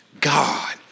God